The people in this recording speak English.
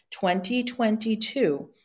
2022